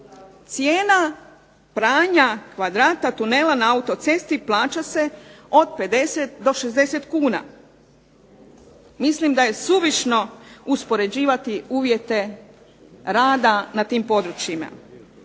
cijena pranja kvadrata tunela na autocesti plaća se od 50 do 60 kuna. Mislim da je suvišno uspoređivati uvjete rada na tim područjima.